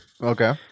Okay